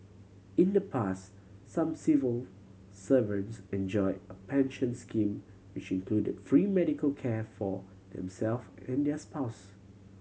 in the past some civil servants enjoy a pension scheme which included free medical care for them self and their spouses